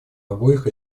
обоих